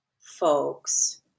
folks